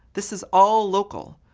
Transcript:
this is all local,